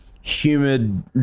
humid